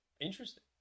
Interesting